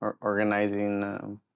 Organizing